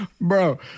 Bro